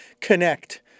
connect